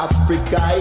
Africa